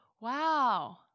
wow